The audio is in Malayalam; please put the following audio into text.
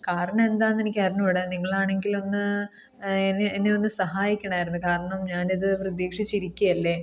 കാരണം എന്താന്ന് എനിക്കറിഞ്ഞുകൂടാ നിങ്ങളാണെങ്കിലൊന്ന് എന്നെ എന്നെ ഒന്ന് സഹായിക്കണമായിരുന്നു കാരണം ഞാൻ ഇത് പ്രതീക്ഷിച്ചിരിക്കുകയല്ലേ